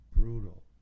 brutal